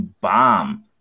bomb